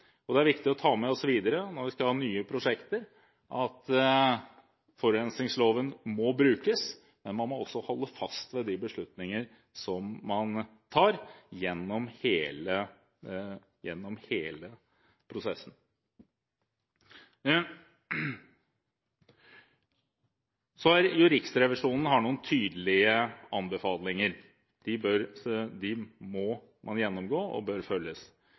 Det er viktig å ta med oss videre, når vi skal ha nye prosjekter, at forurensningsloven må brukes, men man må også holde fast ved de beslutninger som man tar gjennom hele prosessen. Riksrevisjonen har noen tydelige anbefalinger. De må man gjennomgå, og de bør følges.